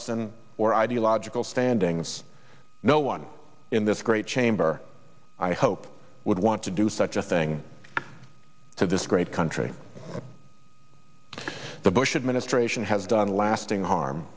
an or ideological standings no one in this great chamber i hope would want to do such a thing to this great country the bush administration has done lasting harm